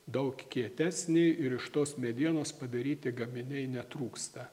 daug kietesnė ir iš tos medienos padaryti gaminiai netrūksta